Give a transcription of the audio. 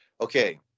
okay